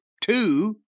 two